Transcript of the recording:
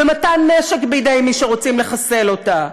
ומתן נשק בידי מי שרוצים לחסל אותה,